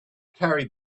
carried